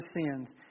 sins